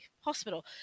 hospital